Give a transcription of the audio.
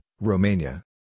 Romania